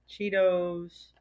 Cheetos